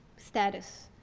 status.